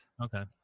Okay